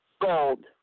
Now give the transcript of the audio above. Gold